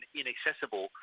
inaccessible